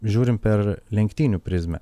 žiūrim per lenktynių prizmę